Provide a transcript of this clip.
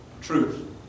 Truth